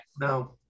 no